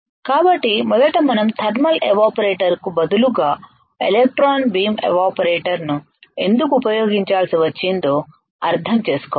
కాబట్టి మొదట మనం థర్మల్ ఎవాపరేటరు కు బదులుగా ఎలక్ట్రాన్ బీమ్ ఎవాపరేటర్ ను ఎందుకు ఉపయోగించాల్సి వచ్చిందో అర్థం చేసుకోవాలి